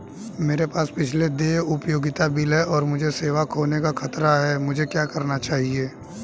मेरे पास पिछले देय उपयोगिता बिल हैं और मुझे सेवा खोने का खतरा है मुझे क्या करना चाहिए?